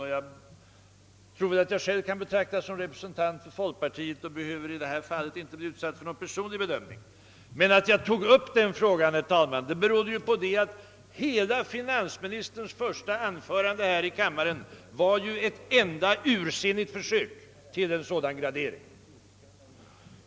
Jag tror att jag själv kan betraktas som representant för folkpartiet och därför inte i detta sammanhang behöver bli utsatt för någon personlig bedömning. Att jag tog upp denna fråga berodde på att finansministerns hela första anförande här i kammaren var ett ursinnigt försök att göra en sådan gradering.